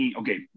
okay